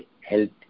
help